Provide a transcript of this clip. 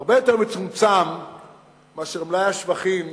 הרבה יותר מצומצם מאשר מלאי השבחים